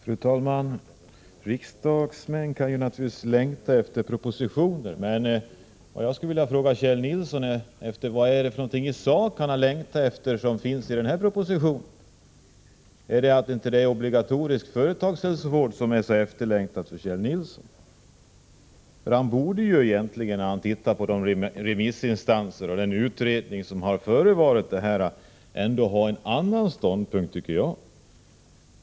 Fru talman! Riksdagsmän kan naturligtvis längta efter propositioner, men jag skulle vilja fråga Kjell Nilsson vad han i sak har längtat efter i den här propositionen. Är det detta att det inte föreslås obligatorisk företagshälsovård? När han ser på vad remissinstanserna och utredningen skrivit, borde han ju inta en annan ståndpunkt.